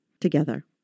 together